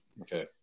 okay